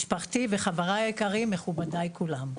משפחתי וחבריי היקרים, מכובדיי כולם.